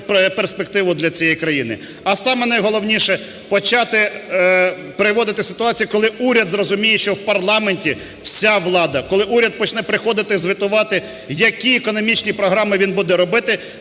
А саме найголовніше – почати переводити ситуації, коли уряд зрозуміє, що в парламенті вся влада, коли уряд почне приходити і звітувати, які економічні програми він буде робити